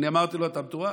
אני אמרתי לו: אתה מטורף?